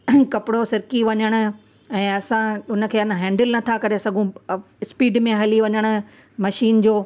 कपिड़ो सिरकी वञण ऐं असां उनखे हेन न हैंडिल नथा करे सघूं स्पीड में हली वञण मशीन जो